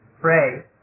pray